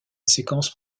séquence